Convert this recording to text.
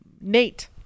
Nate